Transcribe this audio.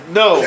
no